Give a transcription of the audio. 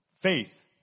faith